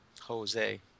Jose